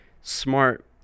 smart